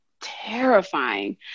terrifying